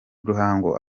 ruhango